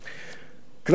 כנסת נכבדה,